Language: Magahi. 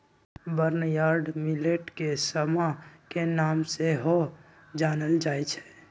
बर्नयार्ड मिलेट के समा के नाम से सेहो जानल जाइ छै